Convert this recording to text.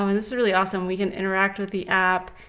um and this is really awesome. we can interact with the app,